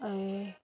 ए